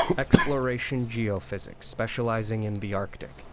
exploration geophysics specializing in the arctic.